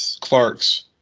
Clark's